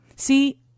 See